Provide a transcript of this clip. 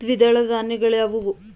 ದ್ವಿದಳ ಧಾನ್ಯಗಳಾವುವು?